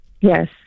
Yes